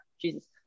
Jesus